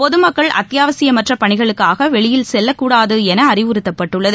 பொதுமக்கள் அத்தியாவசியமற்ற பணிகளுக்காக வெளியில் செல்லக்கூடாது என அறிவுறுத்தப்பட்டுள்ளது